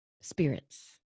spirits